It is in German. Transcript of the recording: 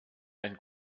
ein